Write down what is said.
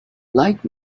like